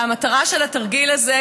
המטרה של התרגיל הזה,